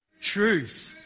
truth